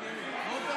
לוועדה